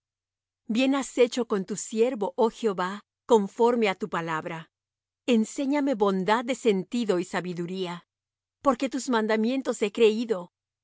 bien has hecho con tu siervo oh jehová conforme á tu palabra enséñame bondad de sentido y sabiduría porque tus mandamientos he creído